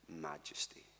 majesty